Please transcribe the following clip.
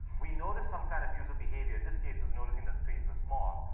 we noticed some kind of user behavior. in this case, was noticing that streams were small.